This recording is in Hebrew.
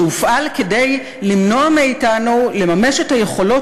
שהופעל כדי למנוע מאתנו לממש את היכולות